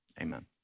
amen